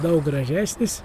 daug gražesnis